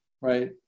Right